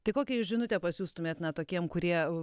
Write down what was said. tai kokią jūs žinutę pasiųstumėt na tokiem kurie